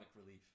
relief